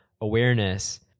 awareness